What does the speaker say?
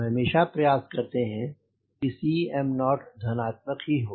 हम हमेशा प्रयास करते हैं कि Cm0 धनात्मक ही हो